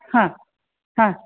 हां हां